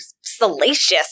salacious